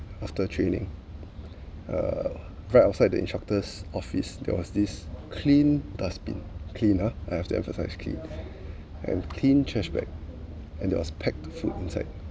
after training uh right outside the instructor's office there was this clean dustbin cleaner I have to emphasize clean and clean trash bag and there was packed with food inside